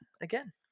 again